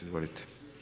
Izvolite.